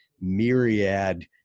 myriad